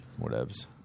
Whatevs